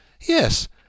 Yes